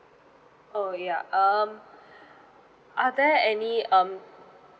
oh ya um are there any um